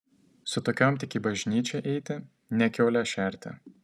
su tokiom tik į bažnyčią eiti ne kiaules šerti